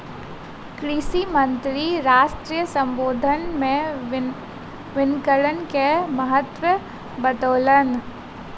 कृषि मंत्री राष्ट्र सम्बोधन मे वनीकरण के महत्त्व बतौलैन